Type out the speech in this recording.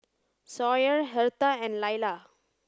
Sawyer Hertha and Lailah